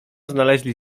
znaleźli